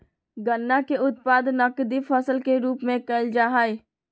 गन्ना के उत्पादन नकदी फसल के रूप में कइल जाहई